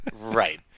Right